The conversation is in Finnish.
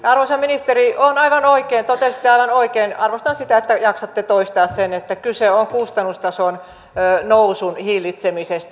ja arvoisa ministeri totesitte aivan oikein arvostan sitä että jaksatte toistaa sen että kyse on kustannustason nousun hillitsemisestä